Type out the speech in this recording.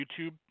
YouTube